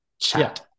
chat